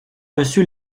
reçu